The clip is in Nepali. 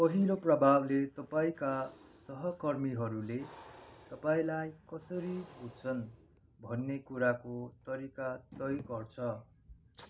पहिलो प्रभावले तपाईँँका सहकर्मीहरूले तपाईँँलाई कसरी बुझ्छन् भन्ने कुराको तरिका तय गर्छ